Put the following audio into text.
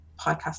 podcast